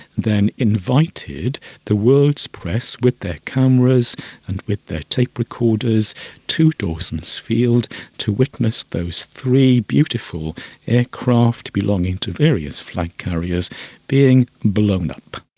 then invited the world's press with their cameras and with their tape recorders to dawson's field to witness those three beautiful aircraft belonging to various flight carriers being blown up.